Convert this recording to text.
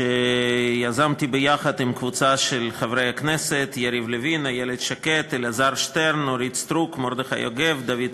התשע"ד 2014, של חבר הכנסת זאב אלקין וקבוצת